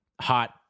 hot